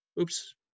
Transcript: Oops